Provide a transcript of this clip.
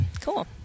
cool